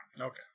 Okay